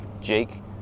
Jake